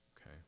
Okay